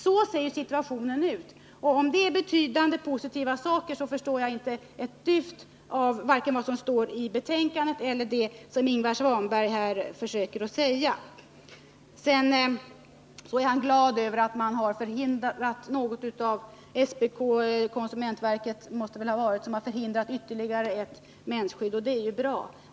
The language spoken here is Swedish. Så ser situationen ut, och om det är betydande positiva saker förstår jag inte ett dyft av vare sig det som står i betänkandet eller det som Ingvar Svanberg här försöker säga. Ingvar Svanberg är glad över att konsumentverket — det måste väl vara det han syftade på — har förhindrat att ytterligare ett mensskydd kom in på marknaden. Det är bra.